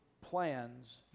plans